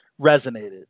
resonated